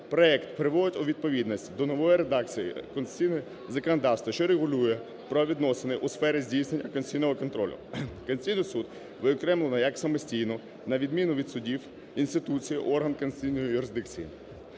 Проект приводить у відповідність до нової редакції конституційне законодавство, що регулює правовідносини у сфері здійснення конституційного контролю. Конституційний Суд виокреслено як самостійну, на відміну від судів, інституцію – орган конституційної юрисдикції.